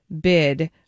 bid